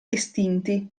estinti